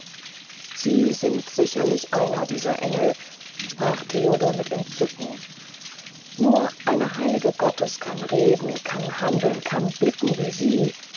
sie sind sicherlich einer dieser engel sprach theodor mit entzücken nur eine heilige gottes kann reden kann handeln kann blicken wie sie